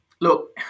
Look